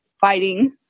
fighting